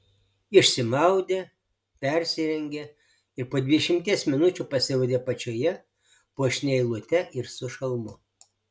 išsimaudė persirengė ir po dvidešimties minučių pasirodė apačioje puošnia eilute ir su šalmu